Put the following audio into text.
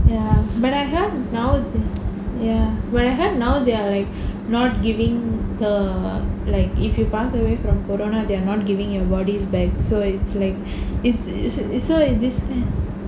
ya but I heard now ya but I heard now they're like not giving the like if you pass away from corona they're not giving your body back so it's like it's it's so